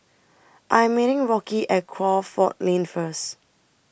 I'm meeting Rocky At Crawford Lane First